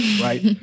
right